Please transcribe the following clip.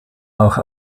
auch